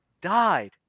died